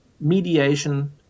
mediation